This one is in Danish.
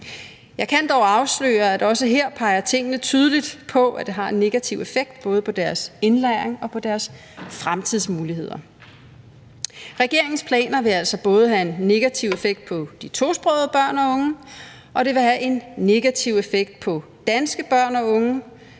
Jeg kan dog afsløre, at tingene også her peger tydeligt på, at det har en negativ effekt, både på deres indlæring og på deres fremtidsmuligheder. Regeringens planer vil altså både have en negativ effekt på de tosprogede børn og unge og have en negativ effekt på danske børn og unge.